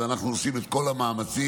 אז אנחנו עושים את כל המאמצים.